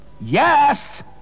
Yes